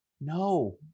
no